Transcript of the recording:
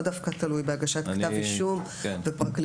וזה לא דווקא תלוי בהגשת כתבי אישום וכולי.